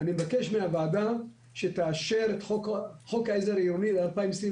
אני מבקש מהוועדה שתאשר חוק עזר עירוני ל-2024,